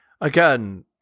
Again